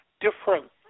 different